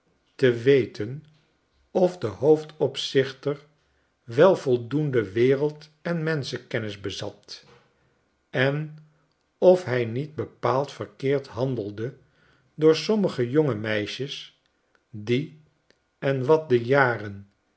te weten of de hoofdopzichter wel voldoende wereld en menschenkennis bezat en of hij niet bepaald verkeerd handelde door sommige jonge meisjes die en wat de jaren